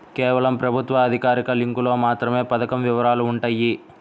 కేవలం ప్రభుత్వ అధికారిక లింకులో మాత్రమే పథకం వివరాలు వుంటయ్యి